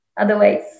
otherwise